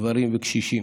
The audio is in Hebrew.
גברים וקשישים.